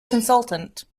consultant